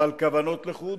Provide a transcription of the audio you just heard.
אבל כוונות לחוד